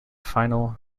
final